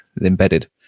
embedded